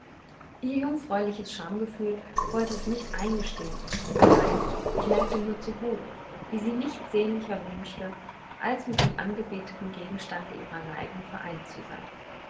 ihr jungfräuliches schamgefühl wollte es nicht eingestehn allein ich merkte nur zu gut wie sie nichts sehnlicher wünschte als mit dem angebeteten gegenstande ihrer neigung vereint zu sein